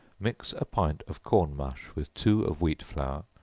mix a pint of corn mush with two of wheat flour,